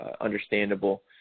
understandable